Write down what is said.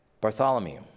Bartholomew